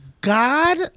god